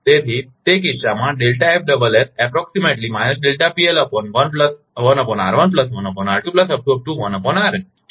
તેથી તે કિસ્સામાં તે છે